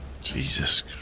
Jesus